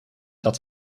dat